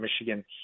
Michigan